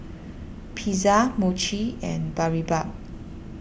Pizza Mochi and Boribap